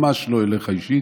ממש לא אליך אישית.